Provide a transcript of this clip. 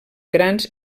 grans